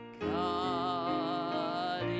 God